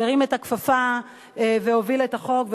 שהרים את הכפפה והוביל את החוק,